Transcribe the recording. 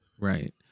right